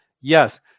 Yes